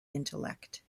intellect